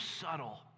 subtle